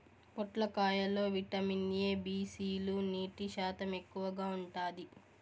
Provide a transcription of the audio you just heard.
పొట్లకాయ లో vitamin A, B, C లు, నీటి శాతం ఎక్కువగా ఉంటాది